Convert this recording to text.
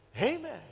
Amen